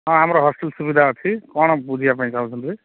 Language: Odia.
ହଁ ଆମର ହଷ୍ଟେଲ ସୁବିଧା ଅଛି କ'ଣ ବୁଝିବା ପାଇଁ ଚାହୁଁଛନ୍ତି